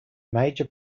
major